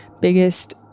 biggest